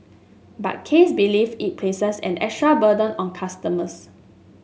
but Case believe it places an extra burden on customers